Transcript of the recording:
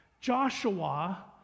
joshua